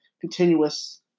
continuous